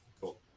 Cool